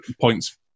points